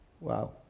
Wow